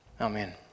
Amen